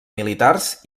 militars